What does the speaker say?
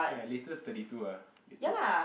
ya latest thirty two ahh latest